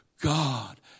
God